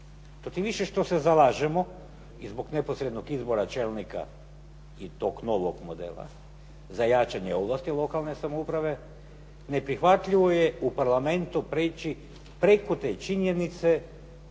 To tim više što se zalažemo i zbog neposrednog izbora čelnika i toga novog modela za jačanje ovlasti lokalne samouprave, neprihvatljivo je u Parlamentu preći preko te činjenice